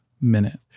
minute